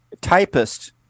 typist